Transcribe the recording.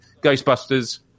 Ghostbusters